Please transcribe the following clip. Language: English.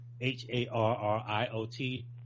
H-A-R-R-I-O-T